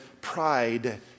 pride